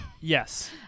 Yes